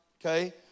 okay